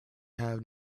have